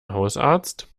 hausarzt